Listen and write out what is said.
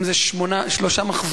אם אנחנו מדברים על שלושה מחזורים,